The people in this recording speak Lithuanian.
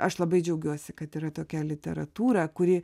aš labai džiaugiuosi kad yra tokia literatūra kuri